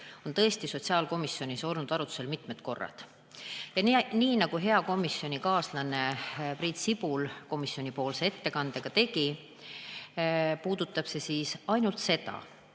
on tõesti sotsiaalkomisjonis olnud arutusel mitmed korrad. Nii nagu hea komisjonikaaslane Priit Sibul komisjoni ettekandes ütles, puudutab see ainult seda,